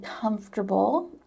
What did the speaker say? comfortable